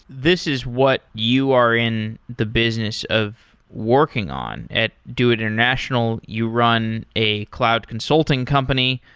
this is what you are in the business of working on. at doit international, you run a cloud consulting company.